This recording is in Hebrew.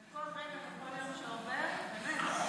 וכל רגע וכל יום שעובר אנשים מתים.